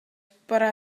para